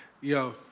Yo